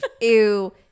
Ew